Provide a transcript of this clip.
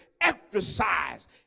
exercise